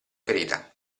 ferita